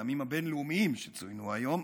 הימים הבין-לאומיים שצוינו היום: